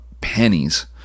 pennies